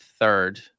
third